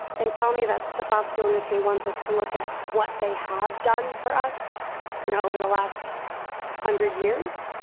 they tell me that the fossil fuel industry wants us to look at what they have done for us you know over the last hundred years.